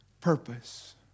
purpose